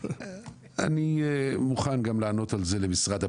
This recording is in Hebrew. אני מוכן גם לענות על זה למשרד הפנים.